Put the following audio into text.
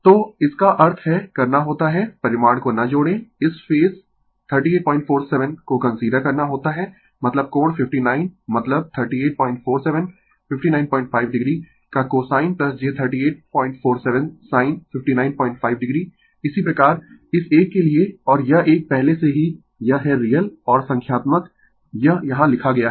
तो इसका अर्थ है करना होता है परिमाण को ना जोड़ें इस फेज 3847 को कंसीडर करना होता है मतलब कोण 59 मतलब 3847 595oo का cosine j 3847 sine 595 o इसी प्रकार इस एक के लिए और यह एक पहले से ही यह है रियल और संख्यात्मक यह यहाँ लिखा गया है